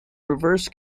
reverse